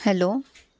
hello